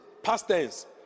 pastors